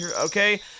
Okay